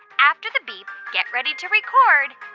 after the beep, get ready to record